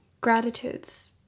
gratitudes